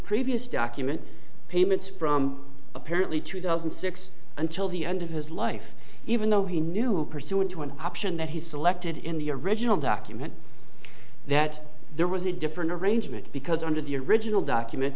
previous document payments from apparently two thousand and six until the end of his life even though he knew pursuant to an option that he selected in the original document that there was a different arrangement because under the original document